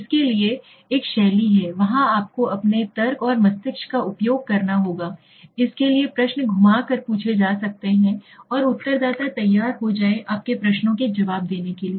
इसके लिए एक शैली है वहां आपको अपने तर्क और मस्तिष्क का उपयोग करना होगा इसके लिए प्रश्न घुमा कर पूछे जा सकते हैंऔर उत्तर दाता तैयार हो जाए आपके प्रश्नों के जवाब देने के लिए